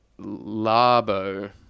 Labo